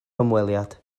hymweliad